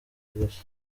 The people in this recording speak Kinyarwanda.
gusa